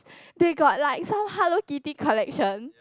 they got like some Hello Kitty collection